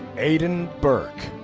aidan burke.